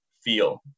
feel